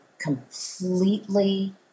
completely